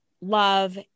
love